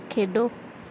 ਖੇਡੋ